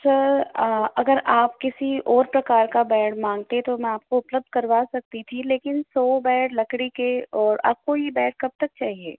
sir अगर आप किसी और प्रकार का बेड माँगते तो मैं आपको उपलब्ध करवा सकती थीं लेकिन सौ बेड लकड़ी के और आपको यह बेड कब तक चाहिए